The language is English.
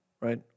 right